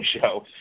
show